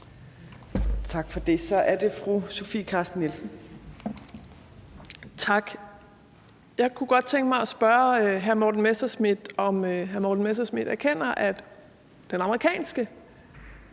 Nielsen. Kl. 15:57 Sofie Carsten Nielsen (RV): Tak. Jeg kunne godt tænke mig at spørge hr. Morten Messerschmidt, om hr. Morten Messerschmidt erkender, at amerikanske